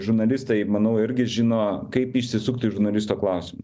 žurnalistai manau irgi žino kaip išsisukt iš žurnalisto klausim